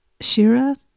Shira